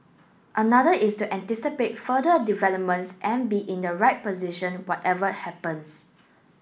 another is to anticipate further developments and be in the right position whatever happens